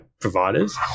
providers